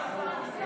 רפורמות.